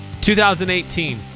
2018